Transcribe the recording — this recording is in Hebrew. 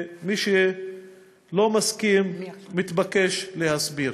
מי שלא מסכים, מתבקש להסביר.